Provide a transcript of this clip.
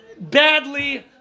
badly